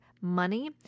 money